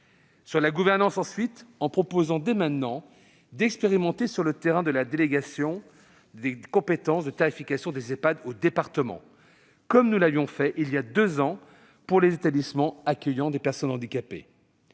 part, la gouvernance, en proposant dès maintenant d'expérimenter la délégation de la compétence de la tarification des Ehpad aux départements, comme nous l'avions fait il y a deux ans pour les établissements accueillant des personnes handicapées.